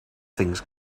things